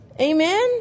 Amen